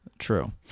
true